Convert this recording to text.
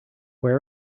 where